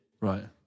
Right